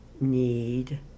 need